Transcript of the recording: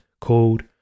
called